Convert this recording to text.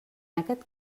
aquest